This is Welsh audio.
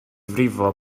frifo